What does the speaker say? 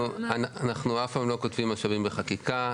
אנחנו אף פעם לא כותבים משאבים בחקיקה,